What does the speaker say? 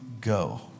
go